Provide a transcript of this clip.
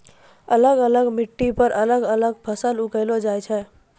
अलग अलग मिट्टी पर अलग अलग फसल उपजैलो जाय छै